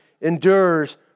endures